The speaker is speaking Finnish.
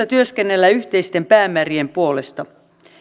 työskennellä yhteisten päämäärien puolesta